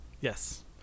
Yes